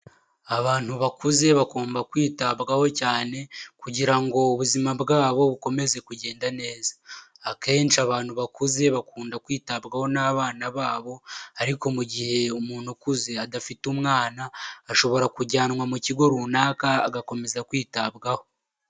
Abantu bakuze bagomba kwitabwaho cyane kugira ngo ubuzima bwabo bukomeze kugenda neza. Akenshi abantu bakuze bakunda kwitabwaho n'abana babo ariko mu gihe umuntu ukuze adafite umwana ashobora kujyanwa mu kigo runaka agakomeza kwitabwaho.